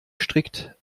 strikt